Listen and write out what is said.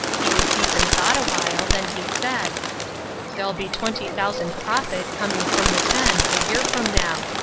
he was deep in thought awhile, then he said there'll be twenty thousand profit coming from the ten a year from now.